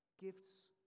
gifts